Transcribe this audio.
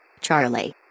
Charlie